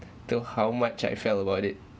to how much I felt about it